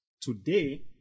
Today